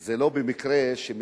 יש הרבה אנשים שהם כל כך מתלהמים,